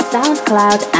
SoundCloud